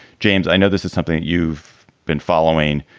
james, i know this is something you've been following.